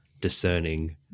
discerning